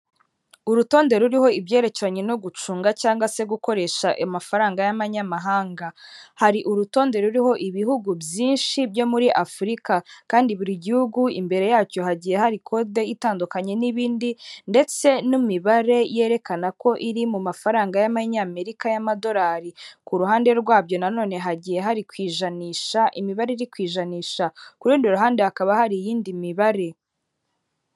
Urutonde ruriho ibyerekeranye no gucunga cyangwa se gukoresha amafaranga y'amanyamahanga. Hari urutonde ruriho ibihugu byinshi byo muri Afurika kandi buri gihugu imbere yacyo hagiye hari kode itandukanye n'ibindi ndetse n'imibare yerekana ko iri mu mafaranga y'amanyamerika y'amadolari. Ku ruhande rwabyo na none hagiye hari ku ijanisha, imibare iri ku ijanisha. Ku rundi ruhande hakaba hari iyindi mibare.